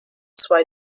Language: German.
zwei